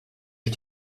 you